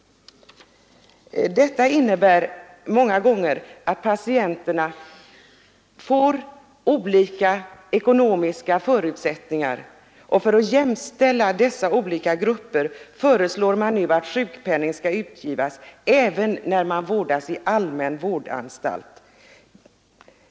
Detta innebär många gånger att patienterna får olika ekonomiska förutsättningar. För att jämställa dessa olika grupper föreslår man nu att sjukpenning skall utgivas även när vederbörande vårdas i allmän vårdanstalt.